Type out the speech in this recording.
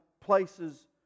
places